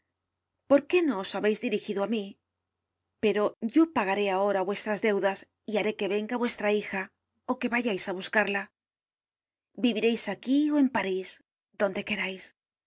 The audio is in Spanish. por qué no os habeis dirigido á mí pera yo pagaré ahora vuestras deudas y haré que venga vuestra hija ó que vayais á buscarla vivireis aquí ó en parís donde querais